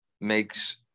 makes